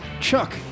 Chuck